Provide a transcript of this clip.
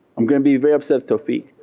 i'm going to be very upset taufeeq,